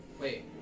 Wait